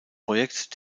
projekt